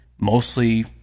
mostly